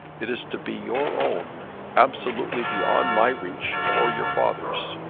it is to be your own absolutely beyond my reach or your father's.